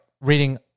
reading